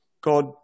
God